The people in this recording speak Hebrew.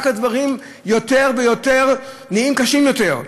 הדברים נהיים רק קשים יותר ויותר.